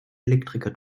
elektriker